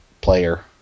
player